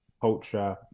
culture